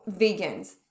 vegans